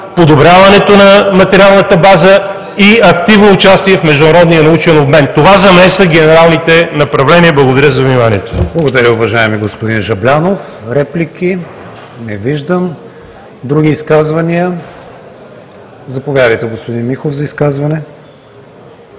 подобряването на материалната база и активно участие в международния научен обмен. Това за мен са генералните направления. Благодаря за вниманието. ПРЕДСЕДАТЕЛ КРИСТИАН ВИГЕНИН: Благодаря, уважаеми господин Жаблянов. Реплики? Не виждам. Други изказвания? Заповядайте, господин Михов, за изказване.